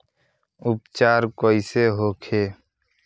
उपचार कईसे होखे?